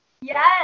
Yes